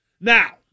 Now